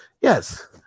Yes